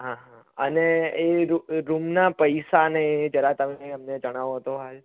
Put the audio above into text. હા હા અને એ રૂમના પૈસાને જરા તમે અમને જણાવો તો હાલ